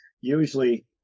usually